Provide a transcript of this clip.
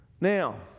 Now